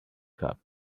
cup